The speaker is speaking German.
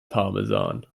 parmesan